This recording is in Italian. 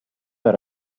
era